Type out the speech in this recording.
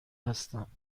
هستم